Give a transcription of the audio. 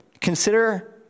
consider